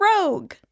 rogue